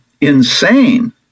insane